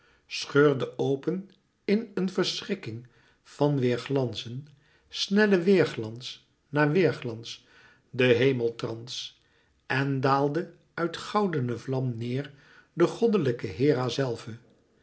scheurde open in een verschrikking van weêrglanzen snelle weêrglans na weêrglans de hemeltrans en daalde uit goudene vlam neêr de goddelijke hera zelve